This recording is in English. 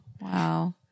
Wow